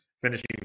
finishing